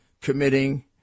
committing